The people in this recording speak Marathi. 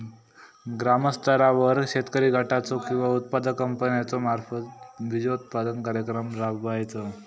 ग्रामस्तरावर शेतकरी गटाचो किंवा उत्पादक कंपन्याचो मार्फत बिजोत्पादन कार्यक्रम राबायचो?